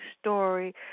Story